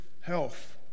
health